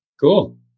Cool